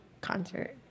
concert